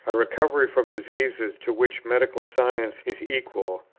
a recovery from diseases to which medical science is equal,